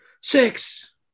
Six